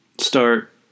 start